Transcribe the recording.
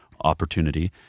opportunity